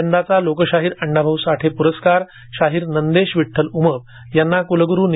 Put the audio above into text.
यंदाचा लोकशाहीर अण्णा भाऊ साठे पुरस्कार शाहीर नंदेश विठ्ठल उमप यांना कुलगुरू डॉ